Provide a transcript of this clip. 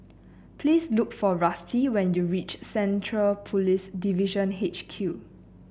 please look for Rusty when you reach Central Police Division H Q